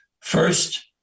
First